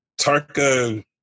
Tarka